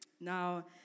Now